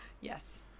Yes